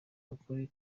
ukuri